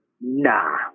Nah